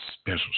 special